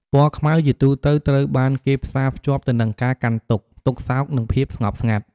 ពណ៌ខ្មៅ ជាទូទៅត្រូវបានគេផ្សារភ្ជាប់ទៅនឹង ការកាន់ទុក្ខ ទុក្ខសោក និងភាពស្ងប់ស្ងាត់។